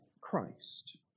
Christ